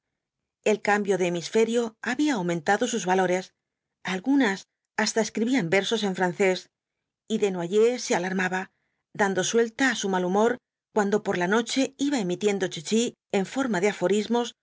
el cambio de hemisferio había aumentado sus valores algunas hasta escribían versos en francés y desnoyers se alarmaba dando suelta á su mal humor cuando por la noche iba emitiendo chichi en forma de aforismos